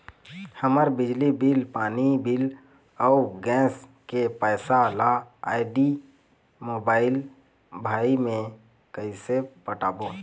हमर बिजली बिल, पानी बिल, अऊ गैस के पैसा ला आईडी, मोबाइल, भाई मे कइसे पटाबो?